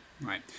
right